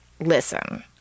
listen